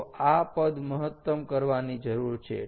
તો આ પદ મહત્તમ કરવાની જરૂર છે